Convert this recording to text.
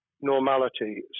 normality